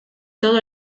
todo